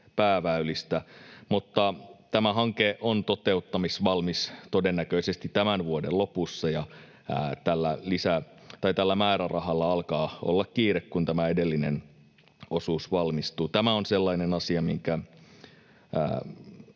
pääväylistä. Tämä hanke on toteuttamisvalmis todennäköisesti tämän vuoden lopussa, ja tällä määrärahalla alkaa olla kiire, kun tämä edellinen osuus valmistuu. Tämä on sellainen asia, minkä